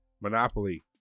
Monopoly